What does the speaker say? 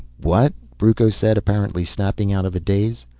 what? brucco said, apparently snapping out of a daze.